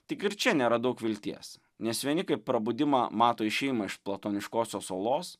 tik ir čia nėra daug vilties nes vieni kaip prabudimą mato išėjimą iš platoniškosios olos